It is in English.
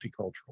multicultural